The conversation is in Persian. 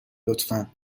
لطفا